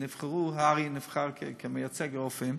והר"י נבחר כמייצג את הרופאים,